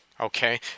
Okay